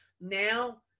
Now